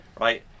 right